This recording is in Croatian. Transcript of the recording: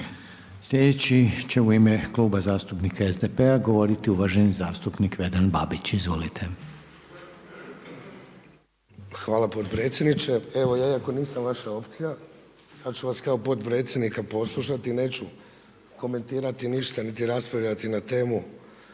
Sljedeći će u Kluba zastupnika SDP-a govoriti uvaženi zastupnik Vedran Babić. Izvolite. **Babić, Vedran (SDP)** Hvala potpredsjedniče. Evo ja iako nisam vaša opcija ali ću vas kao potpredsjednika poslušati i neću komentirati ništa niti raspravljati na temu